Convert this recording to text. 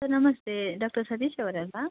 sir ನಮಸ್ತೇ doctor Satish ಅವರು ಅಲ್ವ